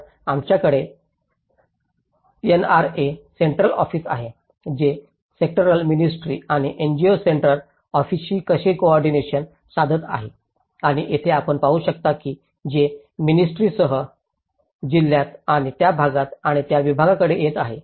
तर आमच्याकडे NRA central office आहे ते सेक्टरल मिनिस्ट्री आणि एनजीओ सेंट्रल ऑफिसशी कसे कोऑर्डिनेशन साधत आहेत आणि येथे आपण हे पाहू शकता की हे मिनिस्ट्रीसह जिल्ह्यात आणि त्या भागात आणि विभागाकडे येत आहे